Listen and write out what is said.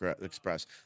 Express